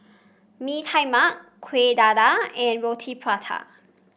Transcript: Mee Tai Mak Kuih Dadar and Roti Prata